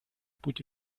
путь